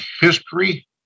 history